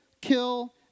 kill